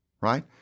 Right